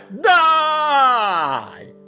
Die